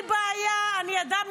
תאמיני לי, אין לי בעיה, אני אדם ליברל.